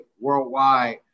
worldwide